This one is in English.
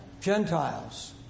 Gentiles